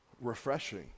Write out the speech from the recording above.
refreshing